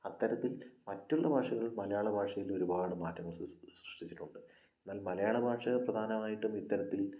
അത്തരത്തിൽ മറ്റുള്ള ഭാഷകൾ മലയാള ഭാഷയിൽ ഒരുപാട് മാറ്റങ്ങൾ സൃഷ്ടിച്ചിട്ടുണ്ട് എന്നാൽ മലയാള ഭാഷ പ്രധാനമായിട്ടും ഇത്തരത്തിൽ